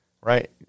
right